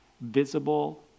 visible